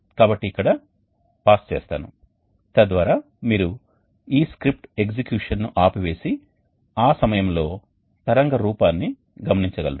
కాబట్టి ఇక్కడ పాజ్ చేస్తాను తద్వారా మీరు ఈ స్క్రిప్ట్ ఎగ్జిక్యూషన్ను ఆపివేసి ఆ సమయంలో తరంగ రూపాన్ని గమనించగలరు